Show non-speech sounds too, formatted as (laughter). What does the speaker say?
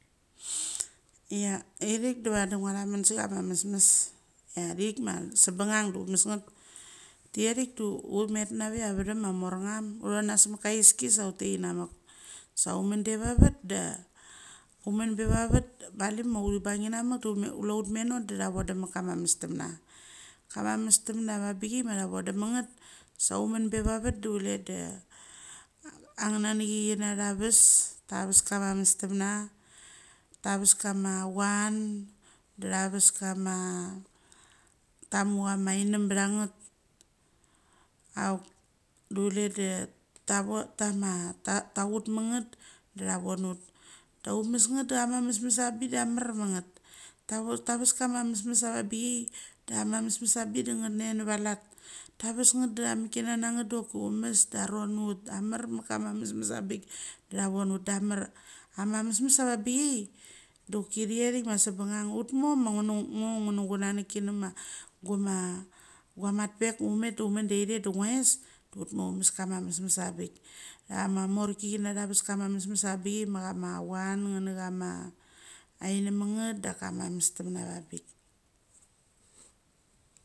Ia ithik da vadi ngua thamon se chama mesmes chia. Ithik ma sabanang de u mes ngat. Tiathik de ut met nave chia avethem ma morngam, ut chonanas semecha ka aiski sa ut tet inamach, sa u men de vavet. Da (unintelligible) mali ma uthi bang inach de chule ut meno de cha vodem ma kama mestemna. Kama ma mestemna avanbichi ma ngat, sa u men pevvet de chule de ange nanechi china thaves, thaves kama mestemna, thaves kama chuan, decha ves kama (hesitation) tamu chama aingom bangat. Auk dechule de (unintelligible) tha chut ma ngat de cha von ut. De uchie mes nag da ama mesmes avangbik dama merme ngat. Tha ves kama mesmes avangbichai da ama mesmes. Avangbichai. De ngat nave va lat. Tha ve ngat de tha (unintelligible) mes ngat doki avon ut, amer me chama amesmes abik. Thavon ut da amer. Ama mesmes avangbichai doki thic thik, ma sabanang ut moa ma ngo ngu (unintelligible) gunanach chinema (hesitation) guaj matpek u me de u men da ithe da ngua athoes ut mo umes kama mesmes abichai ma kam achun nge ne chama inam ma ngat da kama mestamna avabik.